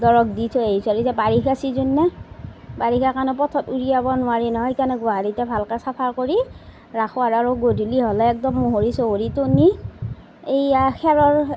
ধৰক দি থৈ আহিছোঁ আৰু এতিয়া বাৰিষা ছিজন না বাৰিষা কাৰণে পথাৰত উলিয়াব নোৱাৰি নহয় সেইকাৰণে গোহালিতে ভালকৈ চাফা কৰি ৰাখোঁ আৰু আৰু গধূলি হ'লে একদম মহৰি চহৰিটো নি এইয়া খেৰৰ